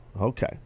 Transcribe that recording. okay